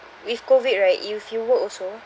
with COVID right if you work also